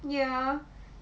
ya